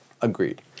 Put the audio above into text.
Agreed